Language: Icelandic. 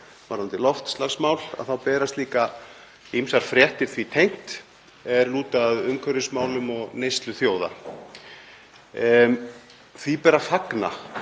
varðandi loftslagsmál þá berast líka ýmsar fréttir því tengt er lúta að umhverfismálum og neyslu þjóða. Því ber að fagna